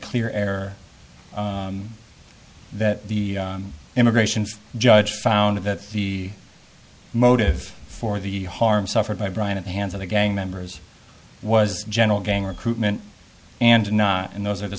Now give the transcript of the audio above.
clear error that the immigration judge found that the motive for the harm suffered by brian at the hands of the gang members was general gang recruitment and not and those are the